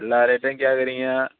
எல்லா ரேட்டையும் கேட்குறீங்க